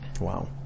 Wow